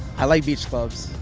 i like beach clubs.